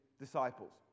disciples